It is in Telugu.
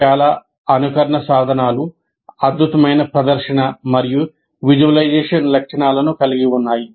చాలా అనుకరణ సాధనాలు అద్భుతమైన ప్రదర్శన మరియు విజువలైజేషన్ లక్షణాలను కలిగి ఉన్నాయి